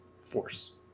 force